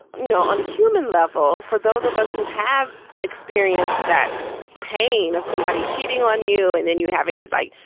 you know, on a human level, for those of us who have experienced that pain of somebody cheating on you and then you having to die,